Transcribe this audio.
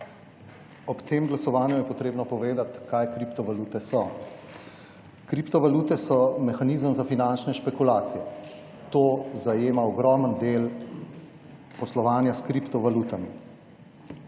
Ob tem glasovanju je potrebno povedati, kaj kriptovalute so. Kriptovalute so mehanizem za finančne špekulacije. To zajema ogromen del poslovanja s kriptovalutami.